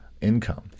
income